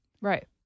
Right